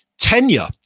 Tenure